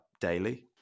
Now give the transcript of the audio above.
daily